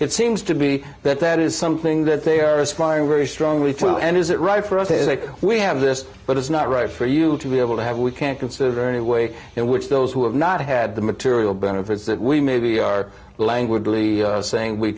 it seems to be that that is something that they are aspiring very strongly through and is it right for us they say we have this but it's not right for you to be able to have we can't consider any way in which those who have not had the material benefits that we maybe are languidly saying we